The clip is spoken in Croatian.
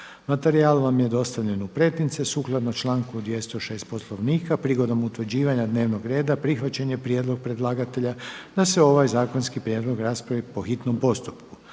materijal vam je dostavljen u pretince. Prigodom utvrđivanja dnevnog reda prihvatili smo prijedlog predlagatelja da se ovaj zakonski prijedlog raspravi po hitnom postupku.